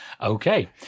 okay